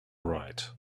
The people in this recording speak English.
right